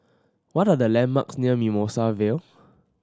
what are the landmarks near Mimosa Vale